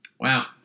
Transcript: Wow